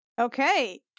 Okay